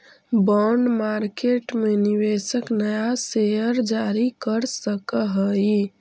bond market में निवेशक नया शेयर जारी कर सकऽ हई